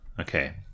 Okay